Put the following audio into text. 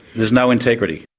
there's no integrity.